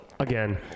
Again